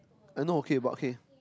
I know okay but okay